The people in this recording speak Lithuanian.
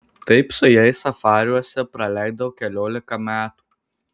taip su jais safariuose praleidau keliolika metų